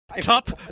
Top